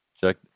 check